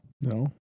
No